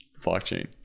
blockchain